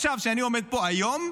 עכשיו כשאני עומד פה היום,